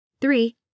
Three